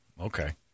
Okay